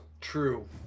True